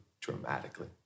dramatically